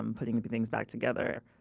and putting things back together